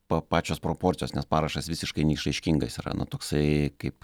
pa pačios proporcijos nes parašas visiškai neišraiškingas yra na toksai kaip